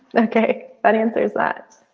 okay buddy answers that.